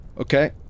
Okay